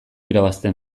irabazten